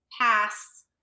pass